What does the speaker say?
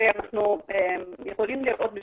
אם מסתכלים על